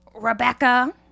Rebecca